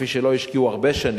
כפי שלא השקיעו הרבה שנים.